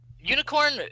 Unicorn